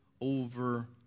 over